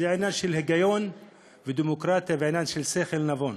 זה עניין של היגיון ודמוקרטיה ועניין של שכל נבון.